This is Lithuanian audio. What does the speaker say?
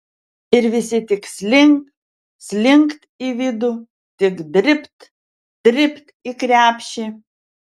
ir visi tik slink slinkt į vidų tik dribt dribt į krepšį